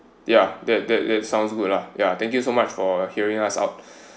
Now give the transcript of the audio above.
ya that that that sounds good lah yeah thank you so much for your hearing us out